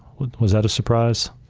was that a surprise?